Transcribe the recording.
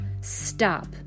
Stop